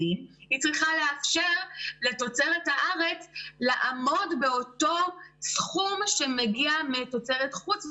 היא צריכה לאפשר לתוצרת הארץ לעמוד באותו סכום שמגיע מתוצרת חוץ,